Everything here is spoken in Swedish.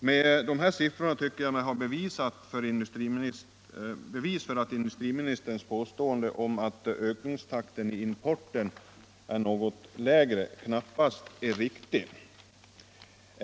Med dessa siffror tycker jag mig ha bevis för att industriministerns påstående att ökningstakten för importen är något lägre knappast är riktigt.